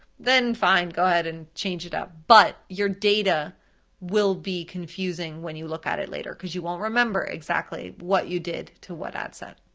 then fine, go ahead and change it up. but your data will be confusing when you look at it later, cause you won't remember exactly what you did to what ad set.